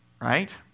right